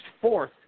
fourth